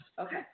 okay